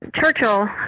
Churchill